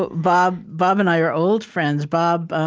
but bob bob and i are old friends. bob,